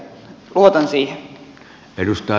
arvoisa puhemies